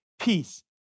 peace